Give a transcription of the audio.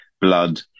blood